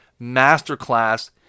masterclass